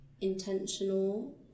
intentional